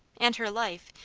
and her life,